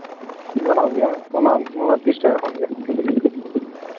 ᱜᱟᱱᱚᱜ ᱜᱮᱭᱟ ᱚᱱᱟ ᱚᱱᱟ ᱛᱤᱨᱤᱥ ᱴᱟᱠᱟ ᱠᱷᱟᱱᱜᱮ